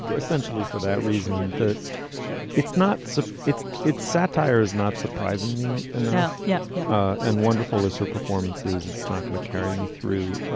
essentially for that reason that it's not so it's it's satire is not surprising me. no. yeah yeah. and wonderful as her performances it's not going to carry me through.